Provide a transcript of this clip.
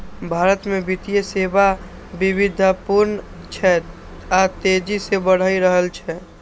भारत मे वित्तीय सेवा विविधतापूर्ण छै आ तेजी सं बढ़ि रहल छै